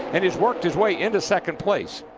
and has worked his way into second place.